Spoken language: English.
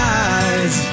eyes